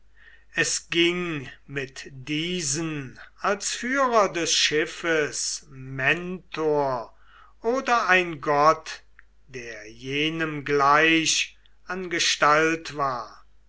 es ging mit diesen als führer des schiffes mentor oder ein gott der jenem gleich an gestalt war